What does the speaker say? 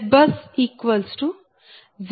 50 0